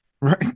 Right